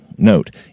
Note